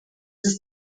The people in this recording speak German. ist